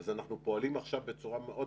אז אנחנו פועלים עכשיו בצורה מאוד